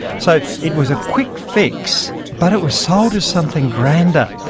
so it was a quick fix but it was sold as something grander.